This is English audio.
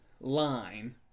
line